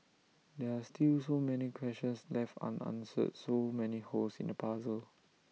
there are still so many questions left unanswered so many holes in the puzzle